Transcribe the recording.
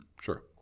Sure